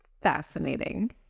Fascinating